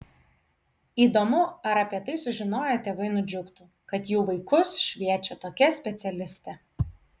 įdomu ar apie tai sužinoję tėvai nudžiugtų kad jų vaikus šviečia tokia specialistė